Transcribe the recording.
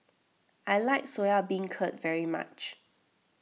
I like Soya Beancurd very much